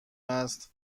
است